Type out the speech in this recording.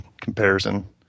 comparison